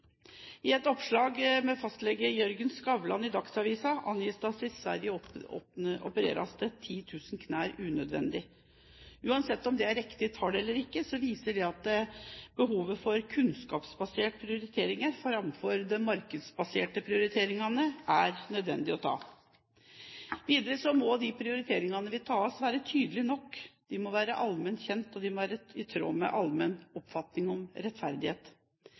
I et oppslag med fastlege Jørgen Skavlan i Dagsavisen angis det at det i Sverige i fjor ble operert 10 000 knær unødvendig. Uansett om det er et riktig tall eller ikke, viser dette behovet for å ta kunnskapsbaserte prioriteringer framfor de markedsbaserte prioriteringene. Videre må de prioriteringene som tas, være tydelige nok, allment kjent og i tråd med allmenn oppfatning av rettferdighet.